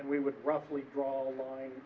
and we would roughly draw a line